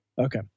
Okay